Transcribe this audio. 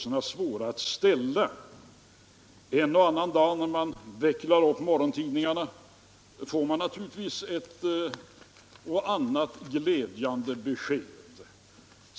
En och annan dag när man vecklar upp morgontidningarna får man naturligtvis ett glädjande besked.